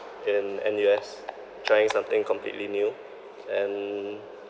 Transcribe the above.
in N_U_S trying something completely new and